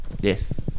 Yes